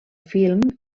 film